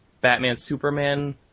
Batman-Superman